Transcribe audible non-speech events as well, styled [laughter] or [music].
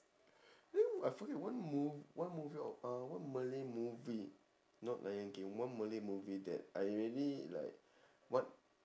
[noise] I forget one mo~ one movie or uh one malay movie not lion king one malay movie that I really like what